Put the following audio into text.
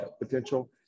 potential